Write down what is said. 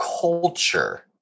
culture